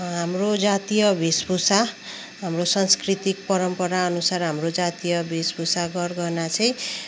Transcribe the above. हाम्रो जातीय वेशभूषा हाम्रो सांस्कृतिक परम्परा अनुसार हाम्रो जातीय वेशभूषा गरगहना चाहिँ